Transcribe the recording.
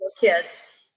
kids